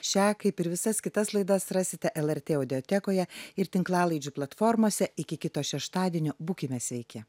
šią kaip ir visas kitas laidas rasite lrt audiotekoje ir tinklalaidžių platformose iki kito šeštadienio būkime sveiki